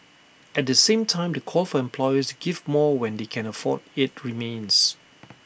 at the same time the call for employers to give more when they can afford IT remains